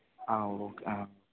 ആ ഓക്കേ ആ